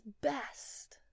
best